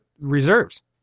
reserves